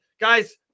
Guys